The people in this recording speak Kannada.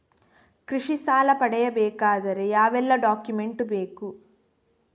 ಕೃಷಿ ಸಾಲ ಪಡೆಯಬೇಕಾದರೆ ಯಾವೆಲ್ಲ ಡಾಕ್ಯುಮೆಂಟ್ ಬೇಕು?